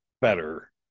better